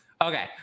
Okay